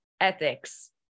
ethics